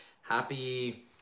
Happy